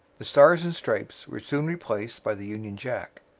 the stars and stripes were soon replaced by the union jack.